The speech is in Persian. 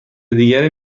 دیگری